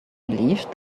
believed